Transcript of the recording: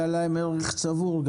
לבני נוער היה גם ערך צבור.